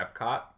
Epcot